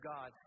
God